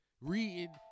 reading